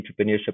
entrepreneurship